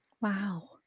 Wow